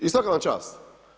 I svaka vam čast.